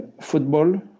Football